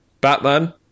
Batman